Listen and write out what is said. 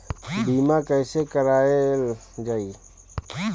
बीमा कैसे कराएल जाइ?